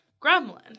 gremlin